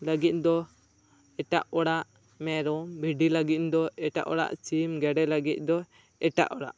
ᱞᱟᱹᱜᱤᱫ ᱫᱚ ᱮᱴᱟᱜ ᱚᱲᱟᱜ ᱢᱮᱨᱚᱢ ᱵᱷᱤᱰᱤ ᱞᱟᱹᱜᱤᱫ ᱫᱤ ᱮᱴᱟᱜ ᱚᱲᱟᱜ ᱥᱤᱢ ᱜᱮᱰᱮ ᱞᱟᱹᱜᱤᱫ ᱫᱚ ᱮᱴᱟᱜ ᱚᱲᱟᱜ